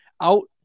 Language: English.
out